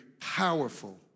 powerful